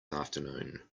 afternoon